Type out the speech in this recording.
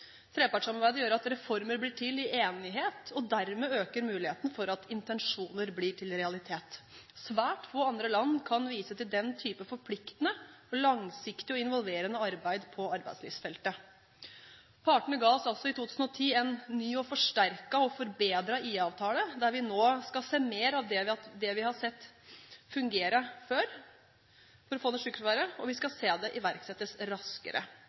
Trepartssamarbeidet gjør at reformer blir til i enighet, og dermed øker muligheten for at intensjoner blir til realitet. Svært få andre land kan vise til den type forpliktende, langsiktig og involverende arbeid på arbeidslivsfeltet. Partene ga oss i 2010 en ny, forsterket og forbedre IA-avtale, der vi nå skal se mer av det vi har sett fungere før for å få ned sykefraværet, og vi skal se det iverksettes raskere.